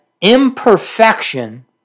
Imperfection